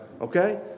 Okay